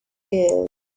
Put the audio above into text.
his